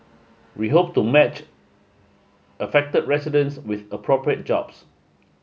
we hope to match affected residents with appropriate jobs